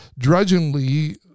drudgingly